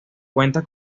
cuenta